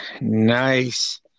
Nice